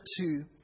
two